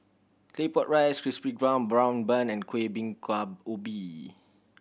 Claypot Rice Crispy Golden Brown Bun and Kueh Bingka Ubi